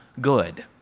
good